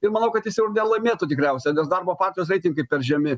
ir manau kad jis nelaimėtų tikriausiai nes darbo partijos reitingai per žemi